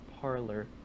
parlor